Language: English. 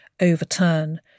overturn